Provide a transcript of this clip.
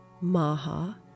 Maha